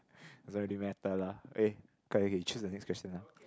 doesn't really matter lah eh choose the next question lah